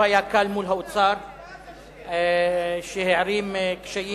לא היה קל מול האוצר שהערים קשיים,